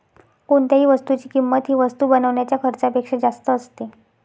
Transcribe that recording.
कोणत्याही वस्तूची किंमत ही वस्तू बनवण्याच्या खर्चापेक्षा जास्त असते